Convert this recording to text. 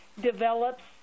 develops